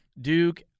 Duke